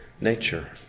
nature